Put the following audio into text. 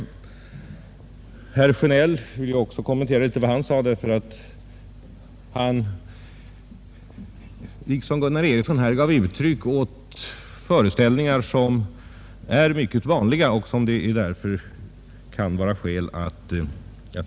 Litet av vad herr Sjönell sade vill jag också kommentera, ty liksom herr Gunnar Ericsson gav han uttryck åt föreställningar som på sina håll är mycket vanliga.